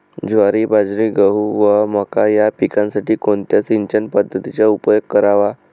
ज्वारी, बाजरी, गहू व मका या पिकांसाठी कोणत्या सिंचन पद्धतीचा उपयोग करावा?